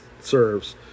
serves